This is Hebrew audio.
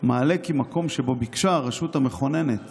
מעלה כי מקום שבו ביקשה הרשות המכוננת